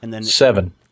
Seven